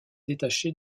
détaché